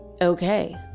okay